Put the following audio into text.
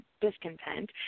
discontent